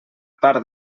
part